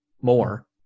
more